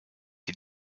die